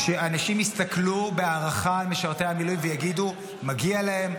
שאנשים יסתכלו בהערכה על משרתי המילואים ויגידו: מגיע להם,